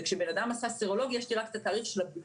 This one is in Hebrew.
וכשבן אדם עשה סרולוגיה יש לי רק את התאריך של הבדיקה,